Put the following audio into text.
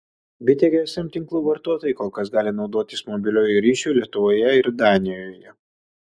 bitė gsm tinklo vartotojai kol kas gali naudotis mobiliuoju ryšiu lietuvoje ir danijoje